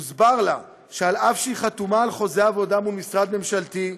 הוסבר לה שאף שהיא חתומה על חוזה עבודה עם משרד ממשלתי,